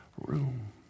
room